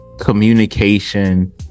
communication